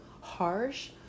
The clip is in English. harsh